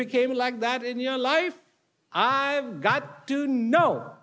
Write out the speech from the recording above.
became like that in your life i got